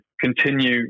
continue